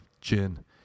gin